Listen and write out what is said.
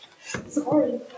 Sorry